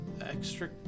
Extra